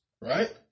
right